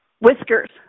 whiskers